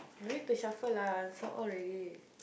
no need to shuffle lah answer all ready